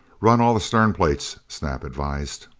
run all the stern plates, snap advised.